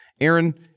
Aaron